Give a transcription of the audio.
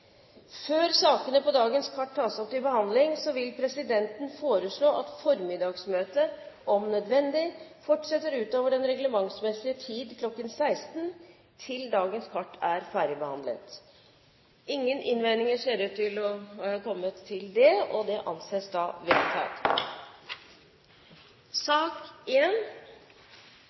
Før sakene på dagens kart tas opp til behandling, vil presidenten foreslå at formiddagsmøtet om nødvendig fortsetter utover den reglementsmessige tid, kl. 16, til dagens kart er ferdigbehandlet. – Ingen innvendinger er kommet mot presidentens forslag, og det anses vedtatt.